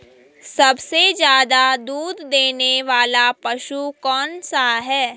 सबसे ज़्यादा दूध देने वाला पशु कौन सा है?